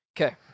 Okay